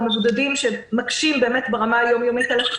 מבודדים שמקשים ברמה היום-יומית על הטיפול,